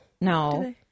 No